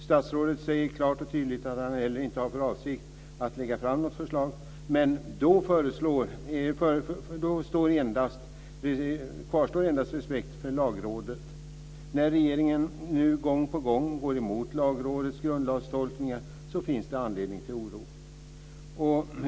Statsrådet säger klart och tydligt att han heller inte har för avsikt att lägga fram något förslag, men då kvarstår endast respekten för Lagrådet. När regeringen nu gång på gång går emot Lagrådets grundlagstolkningar finns det anledning till oro.